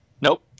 Nope